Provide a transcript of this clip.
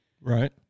Right